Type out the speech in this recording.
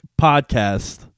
podcast